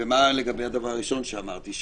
מה לגבי הדבר הראשון שאמרתי,